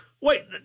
wait